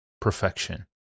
perfection